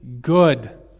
good